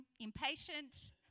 impatient